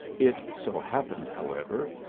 it so happened, however,